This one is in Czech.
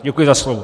Děkuji za slovo.